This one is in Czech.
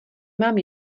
mám